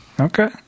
Okay